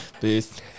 Peace